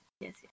Yes